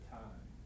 time